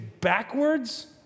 backwards